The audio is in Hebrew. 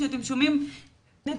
כשאתם שומעים נתונים,